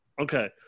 Okay